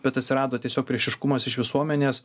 bet atsirado tiesiog priešiškumas iš visuomenės